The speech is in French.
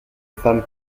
femme